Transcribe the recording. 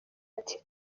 ati